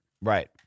Right